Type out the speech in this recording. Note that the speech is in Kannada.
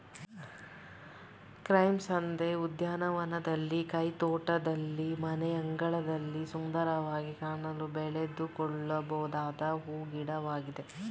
ಕ್ರೈಸಂಥೆಂ ಉದ್ಯಾನವನದಲ್ಲಿ, ಕೈತೋಟದಲ್ಲಿ, ಮನೆಯಂಗಳದಲ್ಲಿ ಸುಂದರವಾಗಿ ಕಾಣಲು ಬೆಳೆದುಕೊಳ್ಳಬೊದಾದ ಹೂ ಗಿಡವಾಗಿದೆ